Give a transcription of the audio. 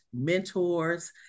mentors